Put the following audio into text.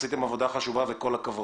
כל הכבוד.